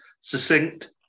succinct